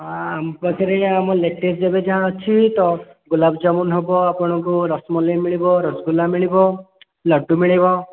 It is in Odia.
ହଁ ଆମ ପାଖରେ ଆମ ଲେଟେଷ୍ଟ୍ ଏବେ ଯାହା ଅଛି ତ ଗୁଲାବ୍ ଜାମୁନ୍ ହବ ଆପଣଙ୍କୁ ରସ୍ମଲେଇ ମିଳିବ ରସ୍ଗୁଲା ମିଳିବ ଲଡ଼ୁ ମିଳିବ